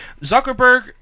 Zuckerberg